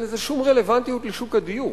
אין לזה שום רלוונטיות לשוק הדיור,